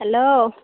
hello